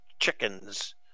chickens